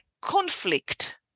conflict